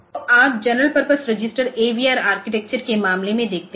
तो आप general purpose register AVR architecture के मामले में देखते हैं